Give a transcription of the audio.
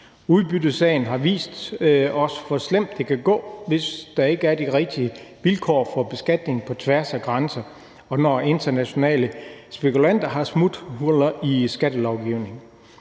Udbyttesagen har vist os, hvor slemt det kan gå, hvis der ikke er de rigtige vilkår for beskatning på tværs af grænser, og når internationale spekulanter har smuthuller i skattelovgivningen.